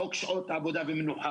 חוק שעות עבודה ומנוחה